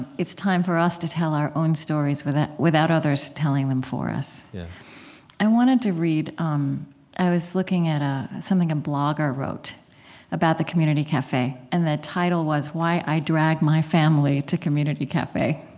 it's time for us to tell our own stories without without others telling them for us yes i wanted to read um i was looking at something a blogger wrote about the community cafe, and the title was why i drag my family to community cafe.